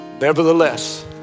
Nevertheless